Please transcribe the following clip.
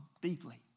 deeply